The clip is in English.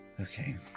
Okay